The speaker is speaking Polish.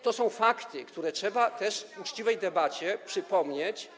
To są fakty, które trzeba też w uczciwej debacie przypomnieć.